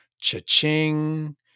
cha-ching